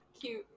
cute